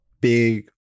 big